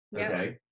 Okay